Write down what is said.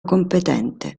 competente